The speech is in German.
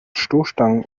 stoßstangen